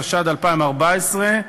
התשע"ד 2014,